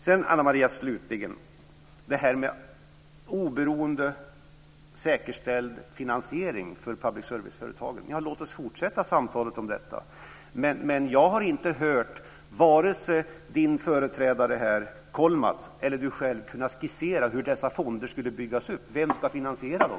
Slutligen, Ana Maria Narti, har vi frågan om oberoende, säkerställd finansiering för public serviceföretagen. Ja, låt oss fortsätta samtalet om detta. Jag har inte hört vare sig Ana Maria Nartis företrädare Kollmats eller henne själv skissera hur dessa fonder skulle byggas upp. Vem ska finansiera dem?